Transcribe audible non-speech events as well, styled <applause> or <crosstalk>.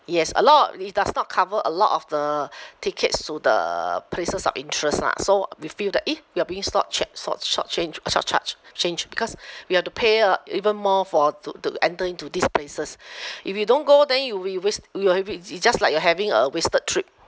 yes a lot of it does not cover a lot of the tickets to the places of interest lah so we feel that eh we are being slot chat short short change short charge change because we had to pay uh even more for to to enter into these places <breath> if you don't go then you we waste we will have been it's just like you're having a wasted trip